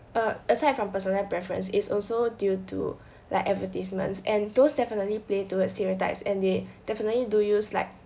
err aside from personal preference is also due to like advertisements and those definitely play towards stereotypes and they definitely do use like